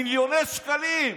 מיליוני שקלים.